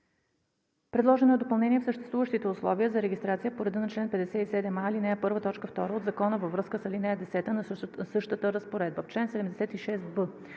Предложено е допълнение в съществуващите условия за регистрация по реда на чл. 57а, ал. 1, т. 2 от Закона във връзка с ал. 10 на същата разпоредба. В чл.